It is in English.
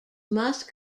must